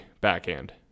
backhand